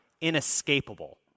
inescapable